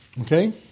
Okay